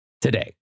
today